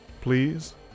Please